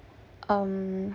um